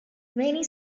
many